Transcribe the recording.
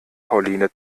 pauline